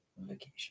Vacation